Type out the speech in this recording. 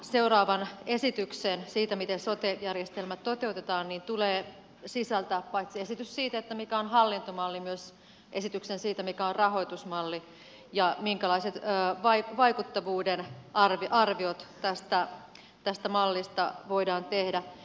seuraavan esityksen siitä miten sote järjestelmä toteutetaan tulee sisältää paitsi esitys siitä mikä on hallintomalli myös esitys siitä mikä on rahoitusmalli ja minkälaiset vaikuttavuuden arviot tästä mallista voidaan tehdä